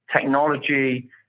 technology